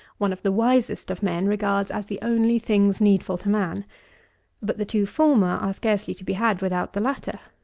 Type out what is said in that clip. one of the wisest of men regards as the only things needful to man but the two former are scarcely to be had without the latter.